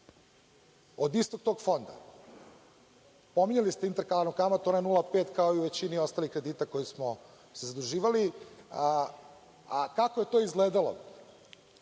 od istog tog fonda. Pominjali ste interkalarnu kamatu, ona je 0,5%, kao i u većini ostalih kredita kojim smo se zaduživali. Kako je to izgledalo?